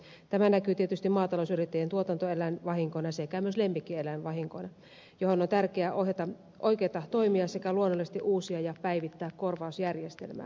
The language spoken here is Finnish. tämä näkyy tietysti maatalousyrittäjien tuotantoeläinvahinkoina sekä myös lemmikkieläinvahinkoina joiden suhteen on tärkeää ohjata oikeita toimia sekä luonnollisesti uusia ja päivittää korvausjärjestelmää